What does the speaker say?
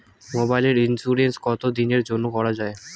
মোবাইলের ইন্সুরেন্স কতো দিনের জন্যে করা য়ায়?